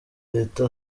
leta